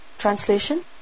Translation